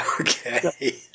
Okay